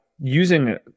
using